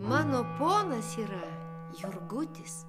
mano ponas yra jurgutis